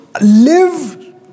live